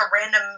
random